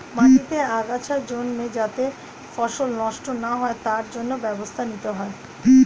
মাটিতে আগাছা জন্মে যাতে ফসল নষ্ট না হয় তার জন্য ব্যবস্থা নিতে হয়